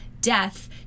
death